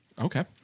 Okay